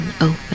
open